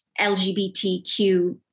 LGBTQ